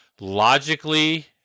logically